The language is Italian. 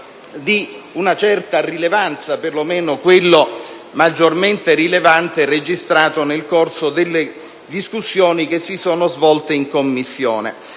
di una certa importanza (per lo meno è quello maggiormente rilevante registrato nel corso delle discussioni svolte in Commissione),